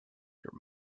your